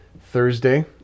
Thursday